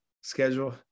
schedule